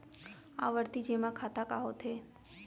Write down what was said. आवर्ती जेमा खाता का होथे?